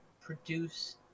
produce